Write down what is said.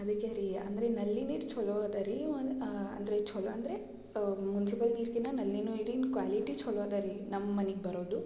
ಅದಕ್ಕೆ ರೀ ಅಂದರೆ ನಲ್ಲಿ ನೀರು ಛಲೋ ಅದು ರೀ ಒಂದು ಅಂದರೆ ಛಲೋ ಅಂದರೆ ಮುನ್ಸಿಪಲ್ ನೀರ್ಕ್ಕಿನ್ನ ನಲ್ಲಿ ನೀರಿನ ಕ್ವಾಲಿಟಿ ಛಲೋ ಅದಾವ ರೀ ನಮ್ಮ ಮನೆಗೆ ಬರೋದು